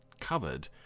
covered